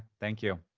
thank you.